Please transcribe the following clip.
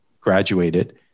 graduated